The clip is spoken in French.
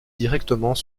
directement